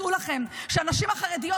דעו לכם שהנשים החרדיות,